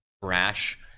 brash